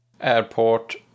Airport